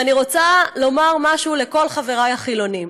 אני רוצה לומר משהו לכל חבריי החילונים: